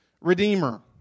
redeemer